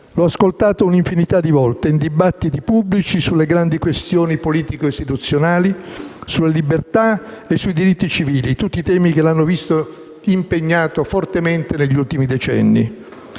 L'ho ascoltato un'infinità di volte in dibattiti pubblici sulle grandi questioni politico-istituzionali, sulle libertà e sui diritti civili, tutti temi che l'hanno visto fortemente impegnato negli ultimi decenni.